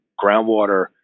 groundwater